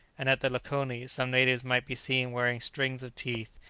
and at the lakoni some natives might be seen wearing strings of teeth,